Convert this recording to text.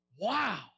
Wow